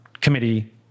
committee